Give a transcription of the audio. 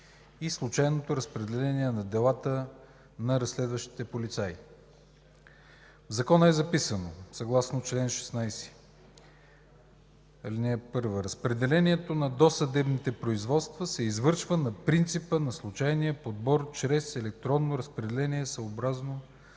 и случайното разпределение на делата на разследващите полицаи. В Закона е записано: „Съгласно чл. 16, ал. 1 разпределението на досъдебните производства се извършва на принципа на случайния подбор чрез електронно разпределение съобразно